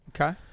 Okay